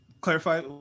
clarify